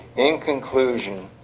in conclusion,